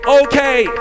okay